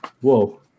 Whoa